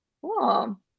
Cool